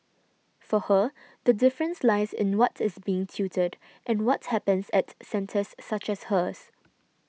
for her the difference lies in what is being tutored and what happens at centres such as hers